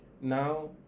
Now